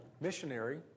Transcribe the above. missionary